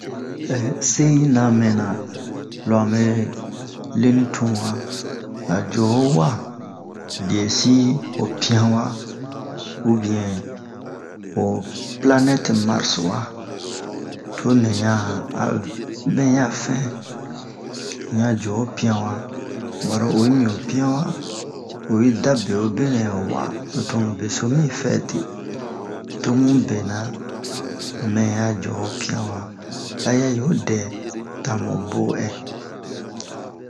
se yi na mɛna lo a mɛn le ni tun wa a jo ho wa biye si ho piyan wa ubiɛn ho pilanɛt marsi wa to mɛ ya a to mɛ ya fɛn in ya jo ho piyan wa baro oyi mi ho piyan wa oyi da bewobe nɛ ho wa lo tomu beso mi fɛte tomu bena mɛ ya jo ho piyan wa a ya yo dɛ ta mu bo'ɛ